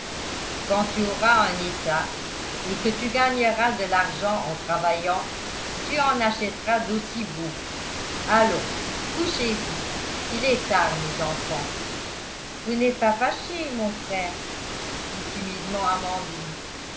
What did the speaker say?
quand tu auras un état et que tu gagneras de l'argent en travaillant tu en achèteras d'aussi beaux allons couchez-vous il est tard mes enfants vous n'êtes pas fâché mon frère dit timidement amandine